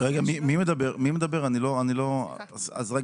מי שרוצה